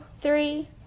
three